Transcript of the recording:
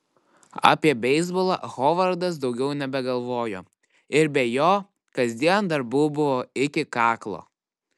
apie beisbolą hovardas daugiau nebegalvojo ir be jo kasdien darbų buvo iki kaklo